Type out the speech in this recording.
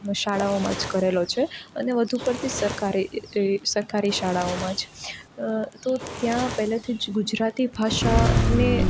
શાળાઓમાં જ કરેલો છે અને વધુ પડતી સરકારી સરકારી શાળાઓમાં જ તો ત્યાં પેહલેથી જ ગુજરાતી ભાષાને